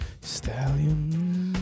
Stallion